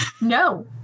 No